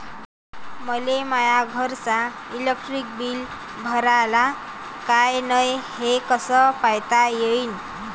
मले माया घरचं इलेक्ट्रिक बिल भरलं का नाय, हे कस पायता येईन?